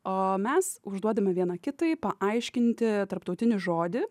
o mes užduodame viena kitai paaiškinti tarptautinį žodį